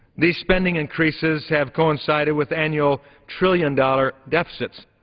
these spending increases have coincided with annual trillion-dollar deficits.